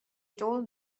told